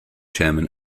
chairman